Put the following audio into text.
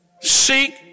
seek